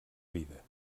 vida